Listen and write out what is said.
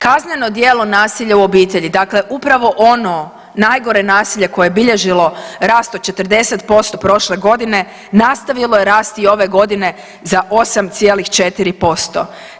Kazneno djelo nasilja u obitelji, dakle upravo ono najgore nasilje koje je bilježilo rast od 40% prošle godine, nastavilo je rasti i ove godine za 8,4%